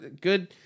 Good